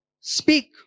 speak